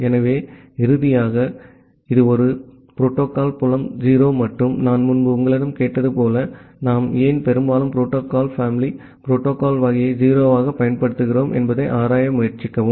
ஆகவே இறுதியாக இது ஒரு புரோட்டோகால் புலம் 0 மற்றும் நான் முன்பு உங்களிடம் கேட்டது போல நாம் ஏன் பெரும்பாலும் புரோட்டோகால் பேமிலி புரோட்டோகால் வகையை 0 ஆக பயன்படுத்துகிறோம் என்பதை ஆராய முயற்சிக்கவும்